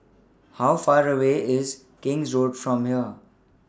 How Far away IS King's Road from here